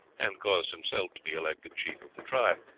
and caused himself to be elected chief of the tribe,